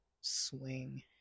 swing